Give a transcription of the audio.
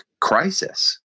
crisis